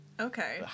Okay